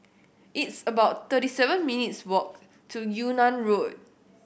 it's about thirty seven minutes' walk to Yung An Road